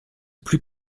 plus